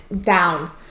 down